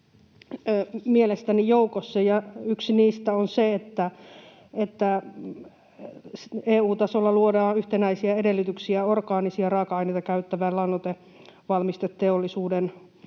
asioita joukossa, ja yksi niistä on se, että EU:n tasolla luodaan yhtenäisiä edellytyksiä orgaanisia raaka-aineita käyttävän lannoitevalmisteteollisuuden